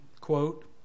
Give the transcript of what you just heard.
quote